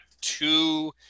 two